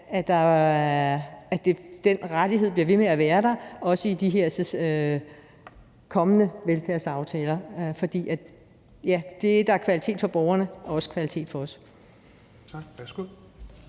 at den rettighed bliver ved med at være der, også i de her kommende velfærdsaftaler. For det, der er kvalitet for borgerne, er også kvalitet for os.